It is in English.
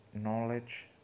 knowledge